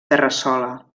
terrassola